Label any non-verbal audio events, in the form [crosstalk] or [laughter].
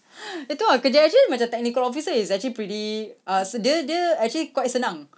[breath] itu ah kerja actually macam technical officer is actually pretty ah se~ dia dia actually quite senang